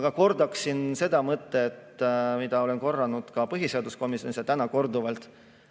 Aga kordaksin seda mõtet, mida olen öelnud põhiseaduskomisjonis ja ka täna korduvalt: